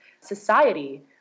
society